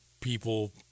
people